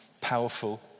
powerful